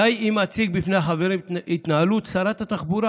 די אם אציג בפני החברים את התנהלות שרת התחבורה